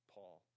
Paul